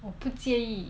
我不介意